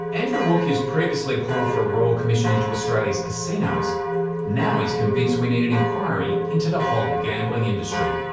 andrew wilkie has previously called for a royal commission into australia's casinos and now he's convinced we need an inquiry into the whole gambling industry.